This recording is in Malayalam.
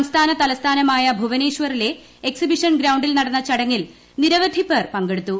സംസ്ഥാന തലസ്ഥാനമായ ഭുവനേശ്വറിലെ എക്സിബിഷൻ ഗ്രൌണ്ടിൽ നടന്ന ചടങ്ങിൽ നിരവധി പേർ പങ്കെടുത്തു